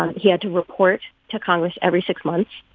um he had to report to congress every six months.